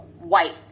white